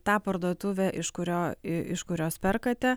tą parduotuvę iš kurio iš kurios perkate